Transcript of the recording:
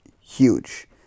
huge